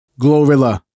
glorilla